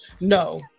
No